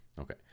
Okay